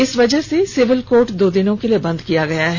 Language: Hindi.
इस वजह से सिविल कोर्ट दो दिन के लिए बन्द किया गया है